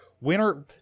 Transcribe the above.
winner